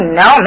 no